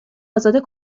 ازاده